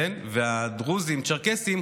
והדרוזים והצ'רקסים,